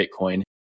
Bitcoin